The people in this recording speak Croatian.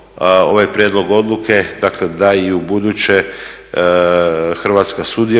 ovaj prijedlog odluke dakle da i ubuduće Hrvatska sudjeluje